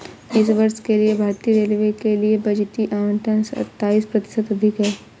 इस वर्ष के लिए भारतीय रेलवे के लिए बजटीय आवंटन सत्ताईस प्रतिशत अधिक है